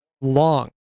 long